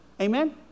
amen